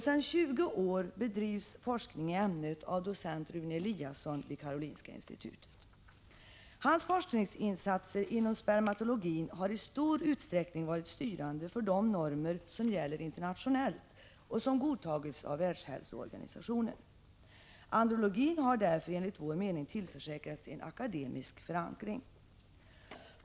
Sedan 20 år bedrivs forskning i ämnet av docent Rune Eliasson vid Karolinska institutet. Hans forskningsinsatser inom spermatologin har i stor utsträckning varit styrande för de normer som gäller internationellt och som godtagits av WHO. Andrologin har därför enligt vår mening tillförsäkrats en akademisk förankring.